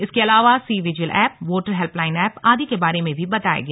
इसके अलावा cVIGIL app voter helpline app आदि के बारे में भी बताया गया